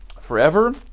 forever